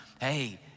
hey